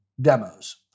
demos